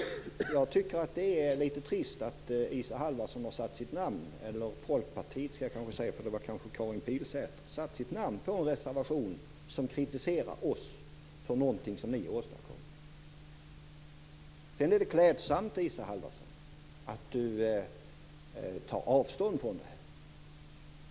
Jag tycker att det är litet trist att Isa Halvarsson eller jag kanske skall säga Folkpartiet, för det var kanske Karin Pilsäter som satte sitt namn på en reservation som kritiserar oss för någonting som ni åstadkom. Sedan är det klädsamt att Isa Halvarsson tar avstånd från det här.